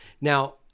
Now